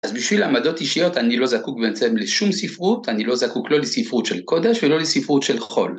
אז בשביל עמדות אישיות אני לא זקוק בעצם לשום ספרות, אני לא זקוק לא לספרות של קודש ולא לספרות של חול.